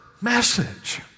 message